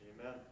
Amen